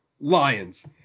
lions